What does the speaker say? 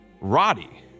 Roddy